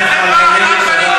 אתם יודעים, יאללה, מדקלמים כולכם.